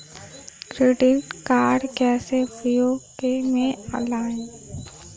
Credit card कैसे उपयोग में लाएँ?